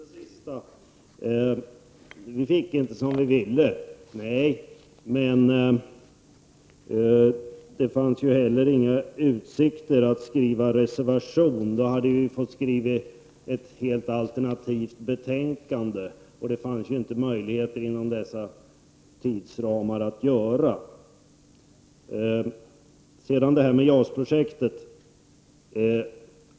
Herr talman! Får jag anknyta till det sistnämnda. Vi fick inte som vi ville, och det fanns heller ingen utsikt att skriva reservation. Då hade vi fått skriva ett helt alternativt betänkande. Det fanns ingen möjlighet att göra det inom tidsramen.